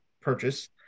purchase